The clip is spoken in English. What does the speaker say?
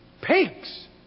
pigs